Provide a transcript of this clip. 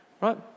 right